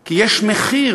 כי יש מחיר